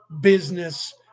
business